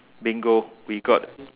bingo we got